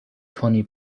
تونی